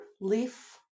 leaf